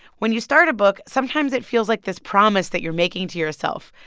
when you start a book, sometimes, it feels like this promise that you're making to yourself.